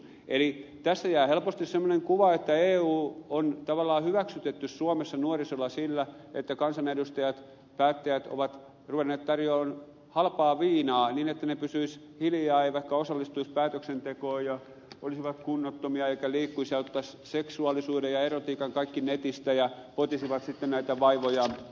eli tässä jää helposti semmoinen kuva että eu on tavallaan hyväksytetty suomessa nuorisolla sillä että kansanedustajat päättäjät ovat ruvenneet tarjoamaan halpaa viinaa niin että nuoret pysyisivät hiljaa eivätkä osallistuisi päätöksentekoon ja olisivat kunnottomia eivätkä liikkuisi ja ottaisivat seksuaalisuuden ja erotiikan kaikki netistä ja potisivat sitten näitä vaivojaan